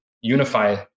unify